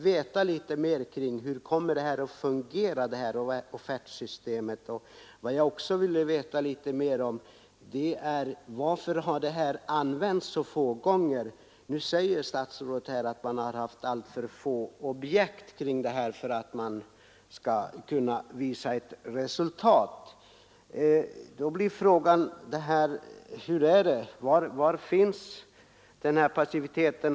Statsrådet säger att man haft för få objekt med offertförfarande för att man skall kunna redovisa några erfarenheter. Då blir frågan: Var ligger orsaken till denna passivitet?